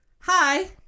Hi